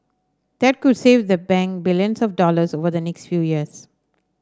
that could save the bank billions of dollars over the next few years